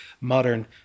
modern